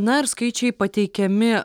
na ir skaičiai pateikiami